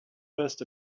first